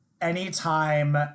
anytime